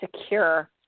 secure